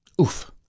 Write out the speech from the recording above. Oof